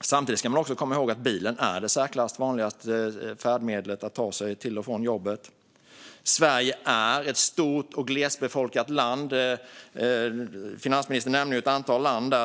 Samtidigt ska man komma ihåg att bilen är det i särklass vanligaste färdmedlet för att ta sig till och från jobbet. Sverige är ett stort och glesbefolkat land. Finansministern nämnde ett antal länder.